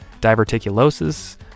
diverticulosis